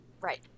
right